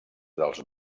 dels